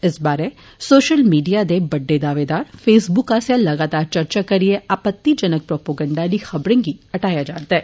इस बारे social media दे बड्डे दावेदार फेसबुक आस्सेआ लगातार चर्चा करिए आपत्तिजनक प्रोपोगैंडे आली खबरें गी हटाया जा'रदा ऐ